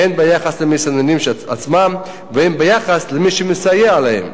הן ביחס למסתננים עצמם והן ביחס למי שמסייע להם.